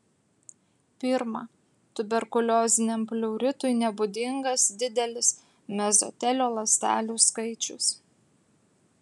pirma tuberkulioziniam pleuritui nebūdingas didelis mezotelio ląstelių skaičius